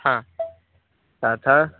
हा तथा